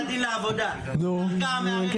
--- בבית הדין לעבודה, אתה יודע